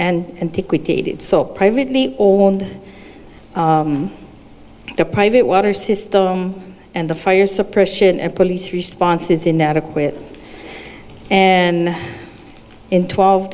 so privately owned the private water system and the fire suppression and police response is inadequate and in twelve